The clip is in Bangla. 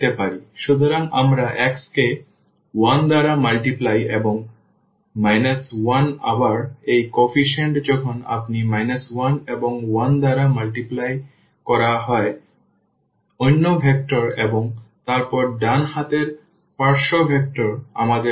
সুতরাং আমরা x কে 1 দ্বারা গুণ এবং বিয়োগ 1 আবার এই কোএফিসিয়েন্ট যখন আপনি 1 এবং 1 দ্বারা গুণ করা হয় অন্য ভেক্টর এবং তারপর ডান হাতের পার্শ্ব ভেক্টর আমাদের 2 এবং 2 আছে